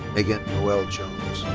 megan noelle jones.